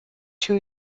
two